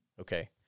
okay